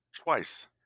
twice